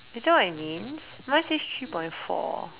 is that what it means mine says three point four